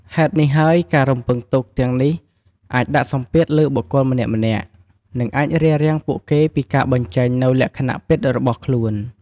ហេតុនេះហើយការរំពឹងទុកទាំងនេះអាចដាក់សម្ពាធលើបុគ្គលម្នាក់ៗ និងអាចរារាំងពួកគេពីការបញ្ចេញនូវលក្ខណៈពិតរបស់ខ្លួន។